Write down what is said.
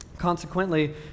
Consequently